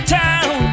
town